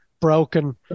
broken